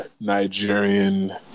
Nigerian